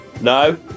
No